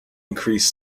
increase